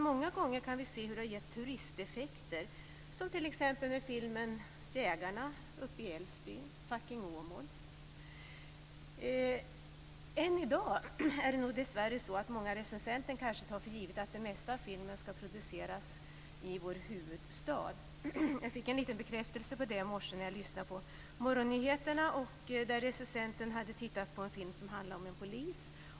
Många gånger kan vi se hur det ger turisteffekter, som t.ex. med filmen Jägarna, som utspelas uppe i Älvsbyn, och filmen Fucking Åmål. Än i dag tar nog dessvärre många recensenter för givet att de flesta filmer produceras i vår huvudstad. Jag fick en liten bekräftelse på det i morse när jag lyssnade på morgonnyheterna. En recensent hade tittat på en film som handlade om en polis.